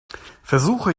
versuche